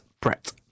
Brett